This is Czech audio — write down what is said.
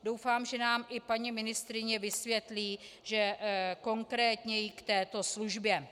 Doufám, že nám i paní ministryně vysvětlí vše konkrétněji k této službě.